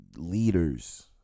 leaders